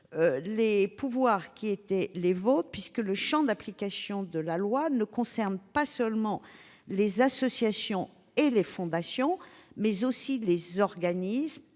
les pouvoirs qui sont les vôtres, le champ d'application de la loi concernant non seulement les associations et les fondations, mais aussi les organismes.